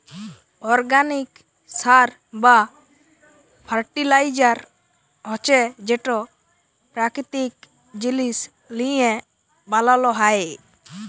organic সার বা fertiliser হছে যেট পাকিতিক জিলিস লিঁয়ে বালাল হ্যয়